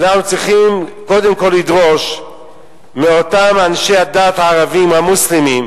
אנחנו צריכים קודם כול לדרוש מאותם אנשי הדת הערבים המוסלמים,